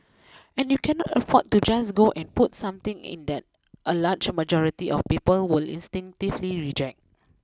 and you cannot afford to just go and put something in that a large majority of people will instinctively reject